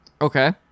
Okay